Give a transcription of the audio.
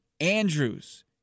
Andrews